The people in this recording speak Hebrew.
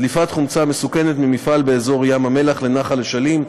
דליפת חומצה מסוכנת ממפעל באזור ים המלח לנחל אשלים,